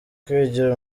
kwigira